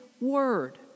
Word